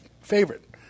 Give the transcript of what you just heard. favorite